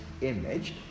image